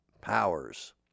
powers